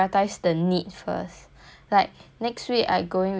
like next week I going with mummy to do our eyebrow